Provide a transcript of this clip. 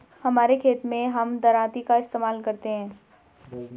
हमारे खेत मैं हम दरांती का इस्तेमाल करते हैं